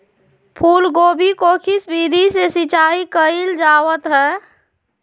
फूलगोभी को किस विधि से सिंचाई कईल जावत हैं?